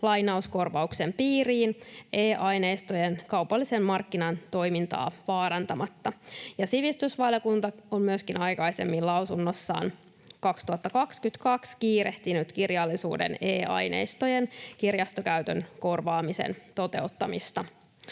lainauskorvauksen piiriin e-aineistojen kaupallisen markkinan toimintaa vaarantamatta. Sivistysvaliokunta on myöskin aikaisemmin lausunnossaan 2022 kiirehtinyt kirjallisuuden e-aineistojen kirjastokäytön korvaamisen toteuttamista.